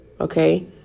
Okay